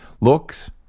Looks